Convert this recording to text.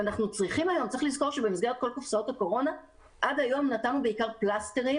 צריך לזכור שבמסגרת כל קופסאות הקורונה עד היום נתנו בעיקר פלסטרים